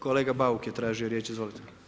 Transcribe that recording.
Kolega Bauk je tražio riječ, izvolite.